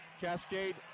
Cascade